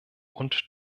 und